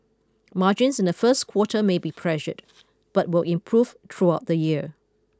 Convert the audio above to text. margins in the first quarter may be pressured but will improve throughout the year